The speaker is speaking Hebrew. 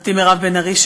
חברתי מירב בן ארי,